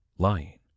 Lying